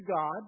God